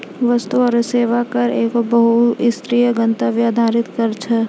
वस्तु आरु सेवा कर एगो बहु स्तरीय, गंतव्य आधारित कर छै